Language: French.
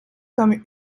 comme